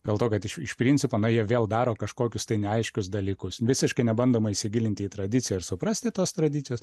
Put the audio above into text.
dėl to kad iš iš principo na jie vėl daro kažkokius neaiškius dalykus visiškai nebandoma įsigilinti į tradiciją ir suprasti tos tradicijos